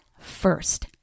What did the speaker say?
first